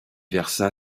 versa